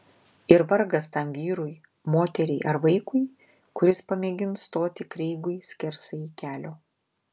ir vargas tam vyrui moteriai ar vaikui kuris pamėgins stoti kreigui skersai kelio